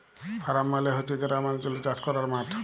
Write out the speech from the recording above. farm মালে হছে গেরামালচলে চাষ ক্যরার মাঠ